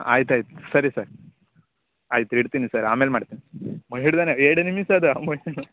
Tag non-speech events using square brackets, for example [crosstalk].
ಆಯ್ತು ಆಯ್ತು ಸರಿ ಸರ್ ಆಯ್ತು ಇಡ್ತೀನಿ ಸರ್ ಆಮೇಲೆ ಮಾಡ್ತೀನಿ ಮ ಹಿಡ್ದೆನೆ ಏಯ್ಡೆ ನಿಮಿಷ ಅದು [unintelligible]